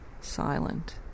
silent